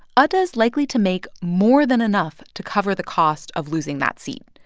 adda's likely to make more than enough to cover the cost of losing that seat.